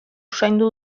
usaindu